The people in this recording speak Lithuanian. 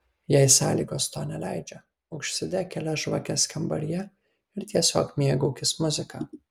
jei sąlygos to neleidžia užsidek kelias žvakes kambaryje ir tiesiog mėgaukis muzika